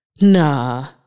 Nah